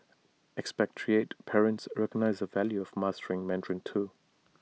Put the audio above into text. expatriate parents recognise the value of mastering Mandarin too